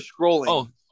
scrolling